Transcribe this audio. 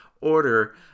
order